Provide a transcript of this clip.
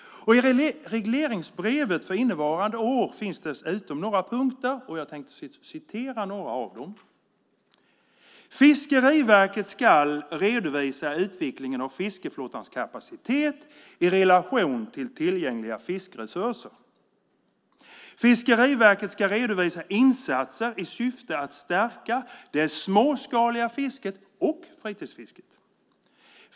I regleringsbrevet för innevarande år finns dessutom några punkter. Fiskeriverket ska redovisa utvecklingen av fiskeflottans kapacitet i relation till tillgängliga fiskeresurser. Fiskeriverket ska redovisa insatser i syfte att stärka det småskaliga fisket och fritidsfisket.